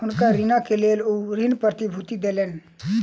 हुनकर ऋणक लेल ओ ऋण प्रतिभूति देलैन